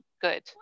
good